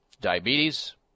diabetes